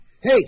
Hey